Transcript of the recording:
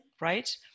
Right